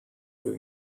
new